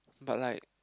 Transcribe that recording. but like